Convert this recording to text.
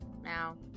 now